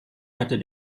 hatte